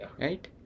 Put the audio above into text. Right